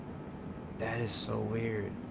that is so we're